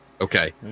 Okay